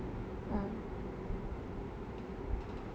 ya